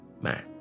man